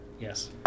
Yes